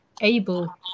able